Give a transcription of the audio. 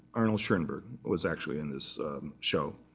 arnold schoenberg was actually in this show.